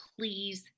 please